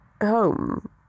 home